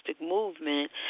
movement